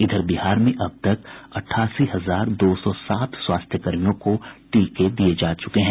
इधर बिहार में अब तक अठासी हजार दो सौ सात स्वास्थ्य कर्मियों को टीके दिये जा चुके हैं